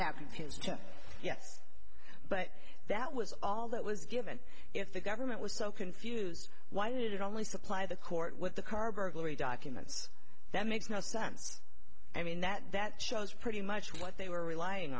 check yes but that was all that was given if the government was so confused why did it only supply the court with the car burglary documents that makes no sense i mean that that shows pretty much what they were relying